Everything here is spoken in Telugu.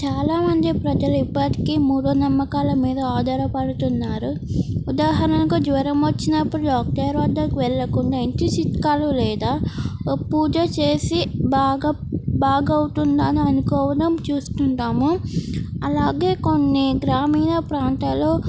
చాలామంది ప్రజలు ఇప్పటికీ మూఢ నమ్మకాల మీద ఆధారపడుతున్నారు ఉదాహరణకు జ్వరం వచ్చినప్పుడు డాక్టర్ వద్దకు వెళ్లకుండా ఇంటి చిట్కాలు లేదా పూజ చేసి బాగా బాగవుతుందని అనుకోవడం చూస్తుంటాము అలాగే కొన్ని గ్రామీణ ప్రాంతాలు